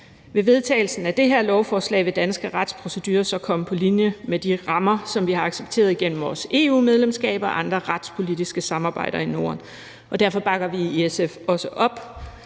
Med vedtagelsen af det her lovforslag vil danske retsprocedurer så komme på linje med de rammer, som vi har accepteret gennem vores EU-medlemskab og andre retspolitiske samarbejder i Norden. Derfor bakker vi i SF også op